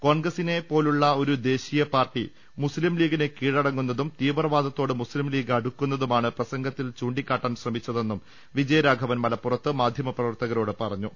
കോൺഗ്രസിനെ പോലെയുള്ള ഒരു ദേശീയ പാർട്ടി മുസ്തിം ലീഗിന് കീഴടങ്ങുന്നതും തീവ്രവാദത്തോട് മുസ്ലിം ലീഗ് അടുക്കുന്നതുമാണ് പ്രസംഗത്തിൽ ചൂണ്ടിക്കാട്ടാൻ ശ്രമിച്ചതെന്നും വിജയരാഘവൻ മലപ്പുറത്ത് മാധ്യമപ്രവർത്തകരോട് പറഞ്ഞു